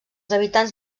habitants